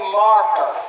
marker